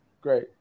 Great